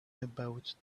about